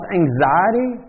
anxiety